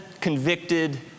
convicted